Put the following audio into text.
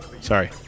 Sorry